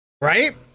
Right